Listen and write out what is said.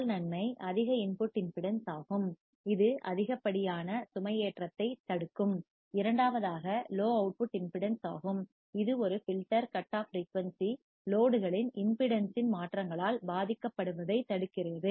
முதல் நன்மை அதிக இன்புட் இம்பிடிடென்ஸ் ஆகும் இது அதிகப்படியான சுமையேற்றத்தைத் தடுக்கும் இரண்டாவதாக லோ அவுட்புட் இம்பிடிடென்ஸ் ஆகும் இது ஒரு ஃபில்டர் கட் ஆஃப் ஃபிரீயூன்சி லோட்களின் இம்பிடிடென்ஸ் இன் மாற்றங்களால் பாதிக்கப்படுவதைத் தடுக்கிறது